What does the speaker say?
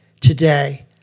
today